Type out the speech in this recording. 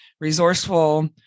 resourceful